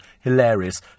Hilarious